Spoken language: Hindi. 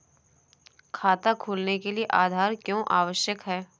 खाता खोलने के लिए आधार क्यो आवश्यक है?